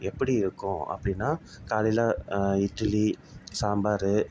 எப்படி இருக்கும் அப்படின்னா காலையில் இட்லி சாம்பார்